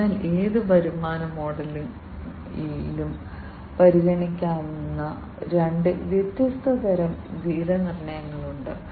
അതിനാൽ ഏത് വരുമാന മോഡലിലും പരിഗണിക്കാവുന്ന രണ്ട് വ്യത്യസ്ത തരം വിലനിർണ്ണയങ്ങളുണ്ട്